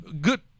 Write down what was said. good